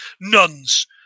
Nuns